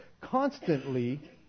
constantly